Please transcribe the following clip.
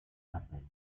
chapelle